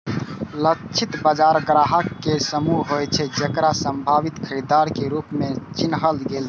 लक्षित बाजार ग्राहक केर समूह होइ छै, जेकरा संभावित खरीदार के रूप मे चिन्हल गेल छै